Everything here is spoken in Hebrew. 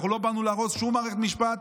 לא באנו להרוס שום מערכת משפט.